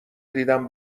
دیدم